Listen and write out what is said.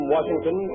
Washington